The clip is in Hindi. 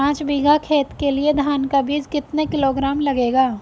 पाँच बीघा खेत के लिये धान का बीज कितना किलोग्राम लगेगा?